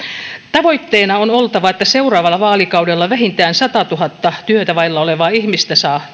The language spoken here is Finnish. tavoitteena on oltava että seuraavalla vaalikaudella vähintään satatuhatta työtä vailla olevaa ihmistä saa